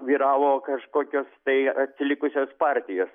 vyravo kažkokios tai atsilikusios partijos